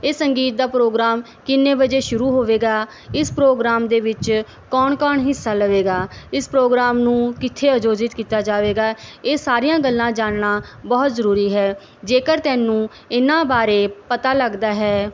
ਇਹ ਸੰਗੀਤ ਦਾ ਪ੍ਰੋਗਰਾਮ ਕਿੰਨੇ ਵਜੇ ਸ਼ੁਰੂ ਹੋਵੇਗਾ ਇਸ ਪ੍ਰੋਗਰਾਮ ਦੇ ਵਿੱਚ ਕੌਣ ਕੌਣ ਹਿੱਸਾ ਲਵੇਗਾ ਇਸ ਪ੍ਰੋਗਰਾਮ ਨੂੰ ਕਿੱਥੇ ਆਯੋਜਿਤ ਕੀਤਾ ਜਾਵੇਗਾ ਇਹ ਸਾਰੀਆਂ ਗੱਲਾਂ ਜਾਣਨਾ ਬਹੁਤ ਜ਼ਰੂਰੀ ਹੈ ਜੇਕਰ ਤੈਨੂੰ ਇਹਨਾਂ ਬਾਰੇ ਪਤਾ ਲੱਗਦਾ ਹੈ